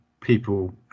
people